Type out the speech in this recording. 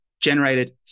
generated